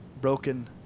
Broken